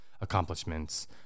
accomplishments